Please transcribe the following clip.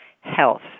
health